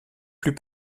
plus